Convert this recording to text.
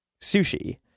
sushi